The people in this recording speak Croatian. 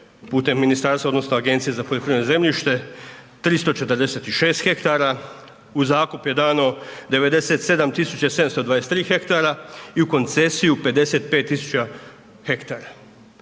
putem ministarstva odnosno Agencije za poljoprivredno zemljište 346 hektara, u zakup je dano 97 723 hektara i u koncesiju 55 000 hektara,